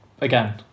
again